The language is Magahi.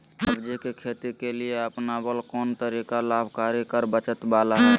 सब्जी के खेती के लिए अपनाबल कोन तरीका लाभकारी कर बचत बाला है?